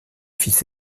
fils